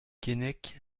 keinec